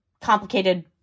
complicated